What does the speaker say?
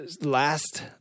last